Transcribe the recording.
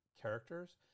characters